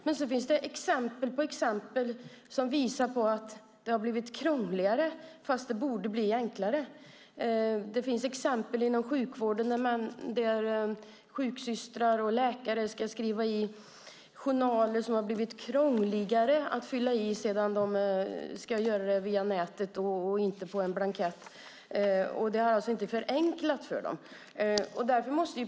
Det finns exempel inom sjukvården där det har blivit krångligare för sjuksystrar och läkare att fylla i journaler när de ska göra det via nätet och inte på en blankett. Det har alltså inte förenklat för dem.